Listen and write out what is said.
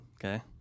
okay